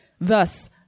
thus